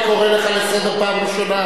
אני קורא לך לסדר פעם ראשונה.